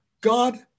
God